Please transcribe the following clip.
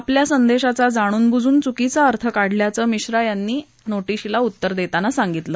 आपल्या संदेशाचा जाणूनबुजून चुकीचा अर्थ काढल्याचं मिश्रा यांनी उत्तरादाखल सांगितलं